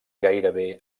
gairebé